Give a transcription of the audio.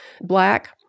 black